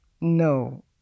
No